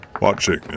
Watching